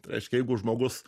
reiškia jeigu žmogus